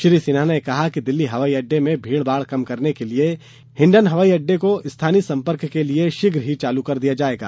श्री सिन्हा ने कहा कि दिल्ली हवाई अड्डे में भीड़ भाड़ कम करने के लिए हिंडन हवाई अड्डे को स्थानीय संपर्क के लिए शीघ्र ही चालू कर दिया जाएगा